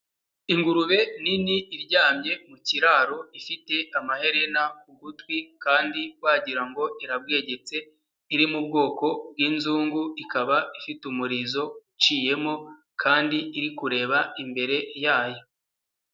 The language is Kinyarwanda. Ingurube nini iryamye mu kiraro, ifite amaherena ku gutwi kandi wagira ngo ngo irabwegetse, iri mu bwoko bw'inzungu, ikaba ifite umurizo uciyemo kandi iri kureba imbere yayo.